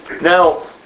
Now